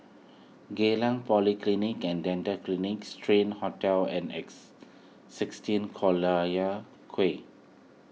Geylang Polyclinic and Dental Clinic Strand Hotel and X sixteen Collyer Quay